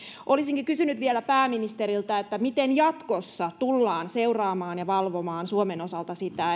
olisinkin kysynyt vielä pääministeriltä miten jatkossa tullaan seuraamaan ja valvomaan suomen osalta sitä